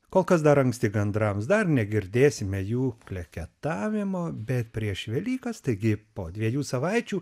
kol kas dar anksti gandrams dar negirdėsime jų kleketavimo bet prieš velykas taigi po dviejų savaičių